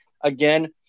Again